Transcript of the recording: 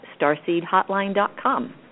starseedhotline.com